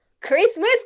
Christmas